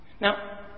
Now